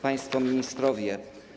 Państwo Ministrowie!